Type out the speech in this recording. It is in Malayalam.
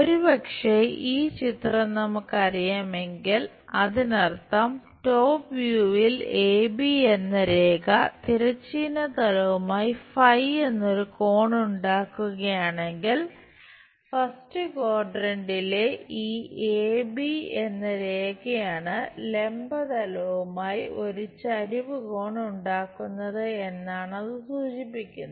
ഒരുപക്ഷെ ഈ ചിത്രം നമുക്ക് അറിയാമെങ്കിൽ അതിനർത്ഥം ടോപ് വ്യൂവിൽ എന്ന രേഖയാണ് ലംബതലവുമായി ഒരു ചെരിവ് കോൺ ഉണ്ടാക്കുന്നത് എന്നാണ് അത് സൂചിപ്പിക്കുന്നത്